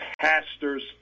pastors